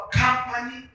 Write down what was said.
company